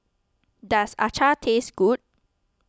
does Acar taste good